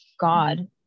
God